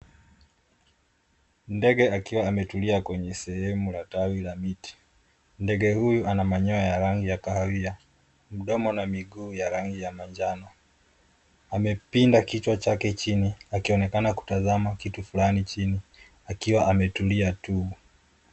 Ndege akiwa ametulia kwenye sehemu ya tawi la miti. Ndege huyo ana manyoya ya rangi ya kahawia, mdomo na miguu ya rangi ya manjano. Amepinda kichwa chake chini akionekana kutazama kitu fulani chini akiwa ametulia tuli.